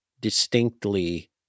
distinctly